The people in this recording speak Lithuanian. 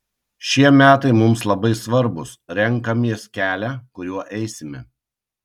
šie metai mums labai svarbūs renkamės kelią kuriuo eisime